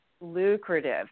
lucrative